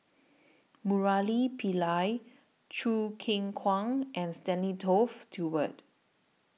Murali Pillai Choo Keng Kwang and Stanley Toft Stewart